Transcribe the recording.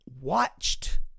watched